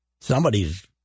somebody's